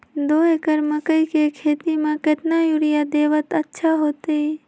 दो एकड़ मकई के खेती म केतना यूरिया देब त अच्छा होतई?